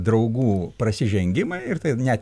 draugų prasižengimai ir tai net